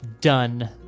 Done